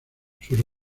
sus